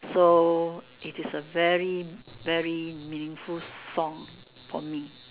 so it is a very very meaningful song for me